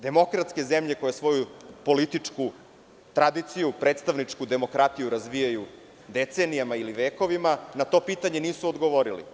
Srećne demokratskezemlje koje svoju političku tradiciju, predstavničku demokratiju razvijaju decenijama ili vekovima, na to pitanje nisu odgovorile.